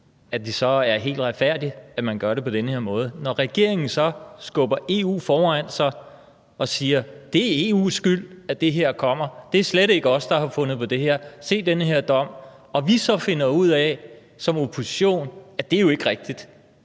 at det så er helt retfærdigt, at man gør det på den her måde. Regeringen skubber EU foran sig og siger: Det er EU's skyld, at det her kommer; det er slet ikke os, der har fundet på det her; se den her dom. Når regeringen gør det og vi så som opposition finder ud af, at